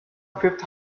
fifth